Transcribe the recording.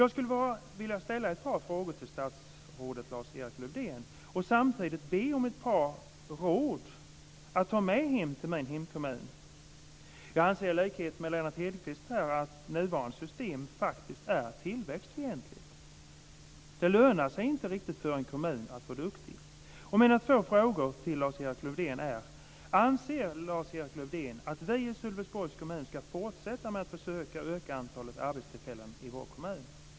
Jag skulle vilja ställa ett par frågor till statsrådet Lars-Erik Lövdén och samtidigt be om ett par råd att ta med hem till min hemkommun. Jag anser, i likhet med Lennart Hedquist, att nuvarande system faktiskt är tillväxtfientligt. Det lönar sig inte riktigt för en kommun att vara duktig. Mina två frågor till Lars-Erik Lövdén är: Anser Lars-Erik Lövdén att vi i Sölvesborgs kommun ska fortsätta med att försöka öka antalet arbetstillfällen i vår kommun?